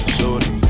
Shorty